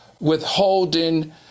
withholding